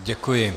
Děkuji.